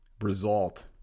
result